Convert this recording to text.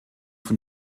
von